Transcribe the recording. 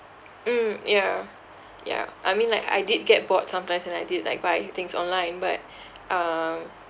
mm ya ya I mean like I did get bored sometimes and I did like buy things online but um